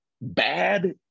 Bad